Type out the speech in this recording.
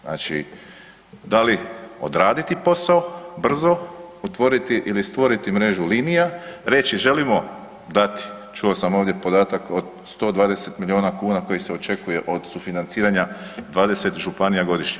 Znači da li odraditi posao, brzo otvoriti ili stvoriti mrežu linija, reći želimo dati, čuo sam ovdje podatak od 120 milijuna kuna koji se očekuje od sufinanciranja 20 županija godišnje.